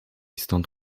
stąd